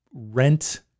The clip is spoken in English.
rent